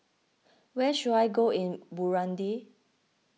where should I go in Burundi